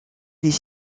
des